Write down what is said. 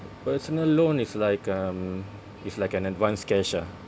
personal loan is like um is like an advanced cash ah